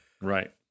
Right